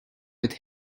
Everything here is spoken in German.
mit